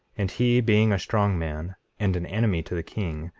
and he being a strong man and an enemy to the king,